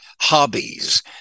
hobbies